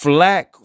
Flack